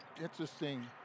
interesting